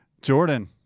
Jordan